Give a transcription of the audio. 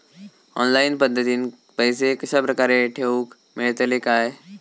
Online पद्धतीन पैसे कश्या प्रकारे ठेऊक मेळतले काय?